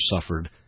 suffered